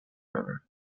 river